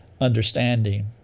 understanding